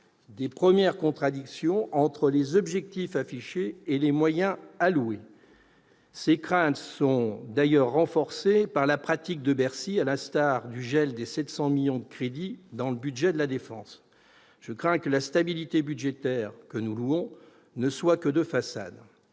des premières contradictions entre les objectifs affichés et les moyens alloués. Nos craintes sont d'ailleurs renforcées par les pratiques de Bercy, tel le gel de 700 millions d'euros de crédits dans le budget de la défense. Je crains que la stabilité budgétaire, que nous louons, ne soit que de façade.